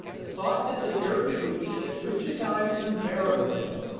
the thought that the dervish would be as rich as i was unbearable to me.